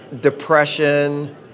depression